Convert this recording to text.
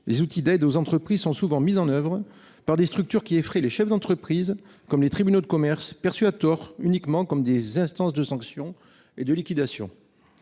les outils d'aide aux entreprises sont souvent mis en œuvre par des structures qui effraient les chefs d'entreprise comme les tribunaux de commerce, perçus à tort uniquement comme des instances de sanctions et de liquidation.